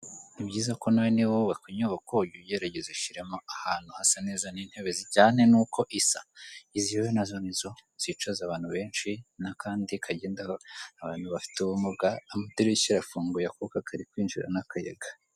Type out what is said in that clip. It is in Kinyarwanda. Ni byiza ko nawe niba wubaka inyubakojya uge ugerageza ushyiraremo ahantu hasa neza n'intebe zijyane n'uko isa. Izi rero nazo ni zo zicaza abantu benshi; n'akandi kagendaho abantu bafite ubumuga. Amadirishya arafunguye akuka kari kwinjira n'akayaga.